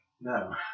No